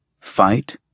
fight